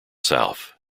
south